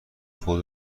خود